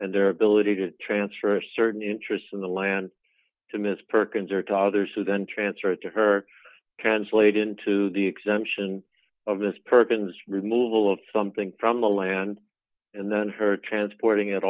and their ability to transfer a certain interest in the land to miss perkins or to others who then transfer to her cans late into the extension of this person's removal of something from the land and then her transporting it